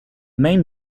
main